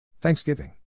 Thanksgiving